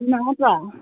ꯅꯠꯇ꯭ꯔꯣ